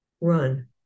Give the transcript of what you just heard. Run